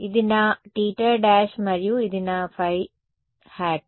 ఇది నా θ మరియు ఇది నా ϕ